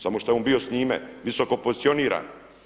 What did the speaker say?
Samo što je on bio s njime visoko pozicioniran.